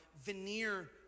veneer